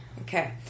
Okay